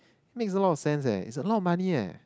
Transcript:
makes a lot of sense eh it's a lot of money eh